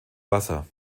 wasser